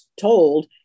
told